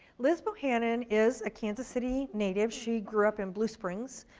liz bohanan is a kansas city native, she grew up in blue springs.